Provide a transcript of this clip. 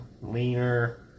leaner